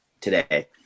today